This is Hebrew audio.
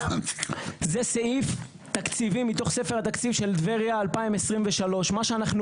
זה סעיף תקציבי מתוך ספר התקציב של טבריה 2023. מה שאנחנו